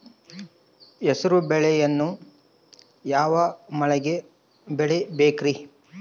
ಹೆಸರುಬೇಳೆಯನ್ನು ಯಾವ ಮಳೆಗೆ ಬೆಳಿಬೇಕ್ರಿ?